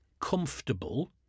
comfortable